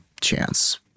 chance